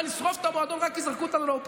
בכלכלה וקוראים לסרבנות ומעודדים אותה.